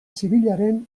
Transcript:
zibilaren